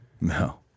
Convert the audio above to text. No